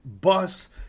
Bus